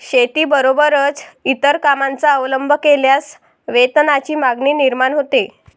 शेतीबरोबरच इतर कामांचा अवलंब केल्यास वेतनाची मागणी निर्माण होते